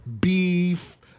beef